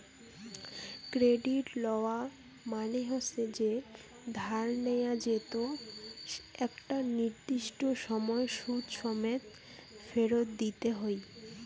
credit লওয়া মানে হসে যে ধার নেয়া যেতো একটা নির্দিষ্ট সময় সুদ সমেত ফেরত দিতে হই